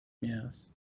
Yes